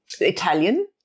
Italian